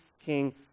King